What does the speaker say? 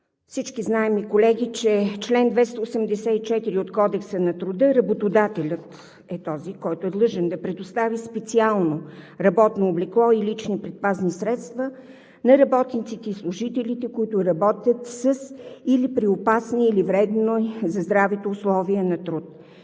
Всички знаем, че по чл. 284 от Кодекса на труда работодателят е този, който е длъжен да предоставя специално работно облекло и лични предпазни средства на работниците и служителите, които работят със или при опасни или вредни за здравето условия на труд.